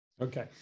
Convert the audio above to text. okay